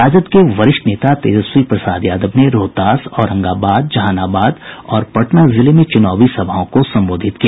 राजद के वरिष्ठ नेता तेजस्वी प्रसाद यादव ने रोहतास औरंगाबाद जहानाबाद और पटना जिले में चूनावी सभाओं को संबोधित किया